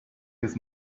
his